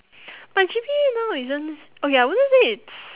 my G_P_A now isn't okay I wouldn't say it's